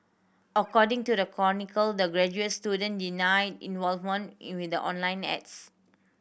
according to the chronicle the graduate student denied involvement in with the online ads